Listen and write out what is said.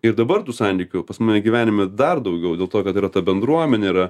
ir dabar tų santykių pas mane gyvenime dar daugiau dėl to kad yra ta bendruomenė yra